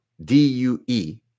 D-U-E